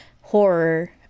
horror